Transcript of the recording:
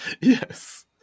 Yes